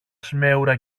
σμέουρα